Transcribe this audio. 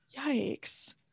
Yikes